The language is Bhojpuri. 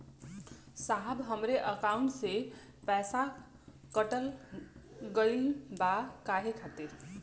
साहब हमरे एकाउंट से पैसाकट गईल बा काहे खातिर?